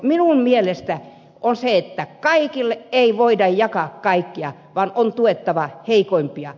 minun mielestäni kaikille ei voida jakaa kaikkea vaan on tuettava heikoimpia